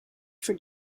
for